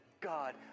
God